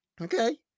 Okay